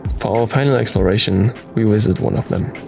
for our final exploration, we visit one of them.